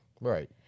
Right